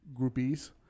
groupies